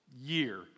year